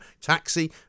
taxi